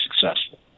successful